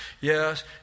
Yes